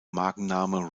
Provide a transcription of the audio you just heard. markenname